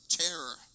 terror